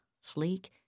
sleek